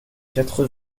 quatre